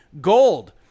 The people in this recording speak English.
Gold